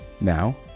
Now